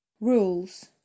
Rules